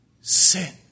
sin